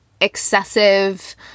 excessive